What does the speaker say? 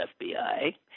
FBI